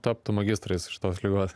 taptų magistrais šitos ligos